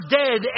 dead